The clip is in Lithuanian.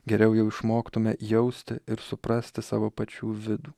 geriau jau išmoktume jausti ir suprasti savo pačių vidų